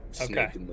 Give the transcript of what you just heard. Okay